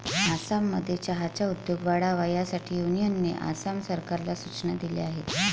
आसाममध्ये चहाचा उद्योग वाढावा यासाठी युनियनने आसाम सरकारला सूचना दिल्या आहेत